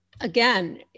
Again